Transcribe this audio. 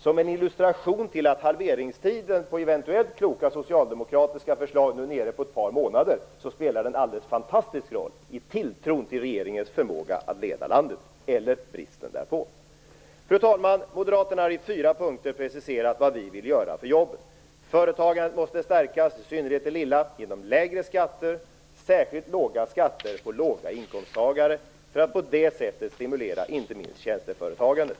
Som en illustration till att halveringstiden på eventuellt kloka socialdemokratiska förslag nu är nere på ett par månader spelar den en alldeles fantastisk roll - i tilltron till regeringens förmåga att leda landet eller bristen därpå. Fru talman! Vi moderater har i fyra punkter preciserat vad vi vill göra för jobben. För det första: Företagandet måste stärkas, i synnerhet det lilla, genom lägre skatter och särskilt låga skatter för låginkomsttagare, för att på det sättet stimulera inte minst tjänsteföretagandet.